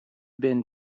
been